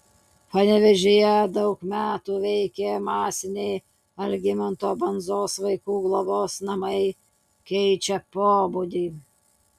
panevėžyje daug metų veikę masiniai algimanto bandzos vaikų globos namai keičia pobūdį